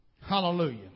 Hallelujah